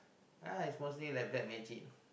yeah it's mostly like black magic